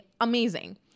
amazing